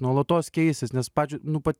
nuolatos keisis nes pačio nu pat